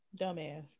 Dumbass